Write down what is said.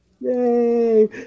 Yay